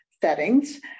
settings